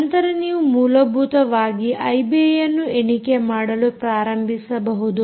ನಂತರ ನೀವು ಮೂಲಭೂತವಾಗಿ ಐಬಿಐಯನ್ನು ಎಣಿಕೆಮಾಡಲು ಪ್ರಾರಂಭಿಸಬಹುದು